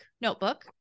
notebook